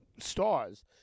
Stars